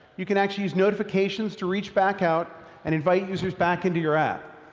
you can actually use notifications to reach back out and invite users back into your app.